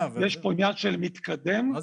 יש פה עניין של מתקדם ויש פה עניין של מי שלוקח לאחור.